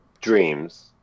dreams